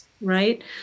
right